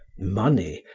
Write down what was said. money,